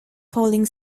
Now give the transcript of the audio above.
falling